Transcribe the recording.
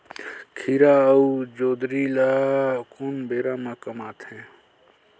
खीरा अउ जोंदरी ल कोन बेरा म कमाथे?